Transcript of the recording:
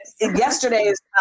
yesterday's